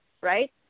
right